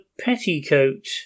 petticoat